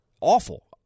awful